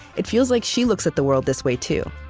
it feels like she looks at the world this way too